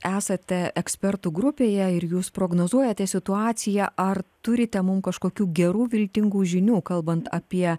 esate ekspertų grupėje ir jūs prognozuojate situaciją ar turite mum kažkokių gerų viltingų žinių kalbant apie